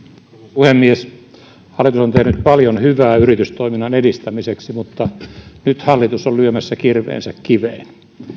puhemies hallitus on tehnyt paljon hyvää yritystoiminnan edistämiseksi mutta nyt hallitus on lyömässä kirveensä kiveen